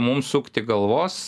mum sukti galvos